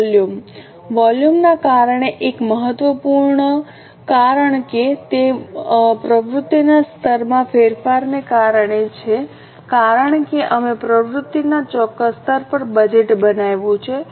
વોલ્યુમના કારણે એક મહત્વપૂર્ણ કારણ કે તે પ્રવૃત્તિના સ્તરમાં ફેરફારને કારણે છે કારણ કે અમે પ્રવૃત્તિના ચોક્કસ સ્તર પર બજેટ બનાવ્યું છે